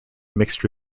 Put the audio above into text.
mixed